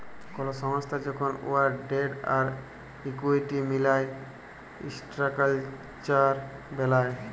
call সংস্থা যখল উয়ার ডেট আর ইকুইটি মিলায় ইসট্রাকচার বেলায়